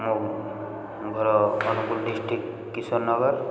ମୋ ଘର ଅନୁଗୁଳ ଡିଷ୍ଟ୍ରିକ୍ଟ କିଶନନଗର